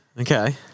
Okay